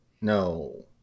No